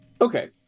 Okay